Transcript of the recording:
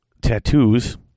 tattoos